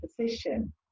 position